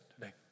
today